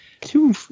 two